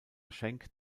schenk